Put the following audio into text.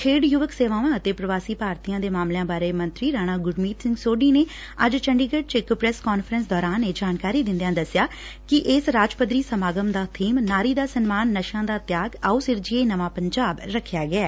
ਖੇਡ ਯੁਵਕ ਸੇਵਾਵਾਂ ਅਤੇ ਪੁਵਾਸੀ ਭਾਰਤੀ ਦੇ ਮਾਮਲਿਆਂ ਬਾਰੇ ਮੰਤਰੀ ਰਾਣਾ ਗੁਰਮੀਤ ਸਿੰਘ ਸੋਢੀ ਨੇ ਅੱਜ ਚੰਡੀਗਤ੍ ਚ ਇਕ ਪ੍ਰੈਸ ਕਾਨਫਰੰਸ ਦੌਰਾਨ ਇਹ ਜਾਣਕਾਰੀ ਦਿੰਦਿਆਂ ਦਸਿਆ ਕਿ ਇਸ ਰਾਜ ਪੱਧਰੀ ਸਮਾਗਮ ਦਾ ਬੀਮ ਨਾਰੀ ਦਾ ਸਨਮਾਨ ਨਸ਼ਿਆਂ ਦਾ ਤਿਆਗ ਆਓ ਸਿਰਜੀਏ ਨਵਾਂ ਪੰਜਾਬ ਰੱਖਿਆ ਗਿਐ